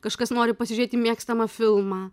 kažkas nori pasižiūrėti mėgstamą filmą